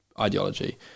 ideology